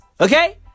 Okay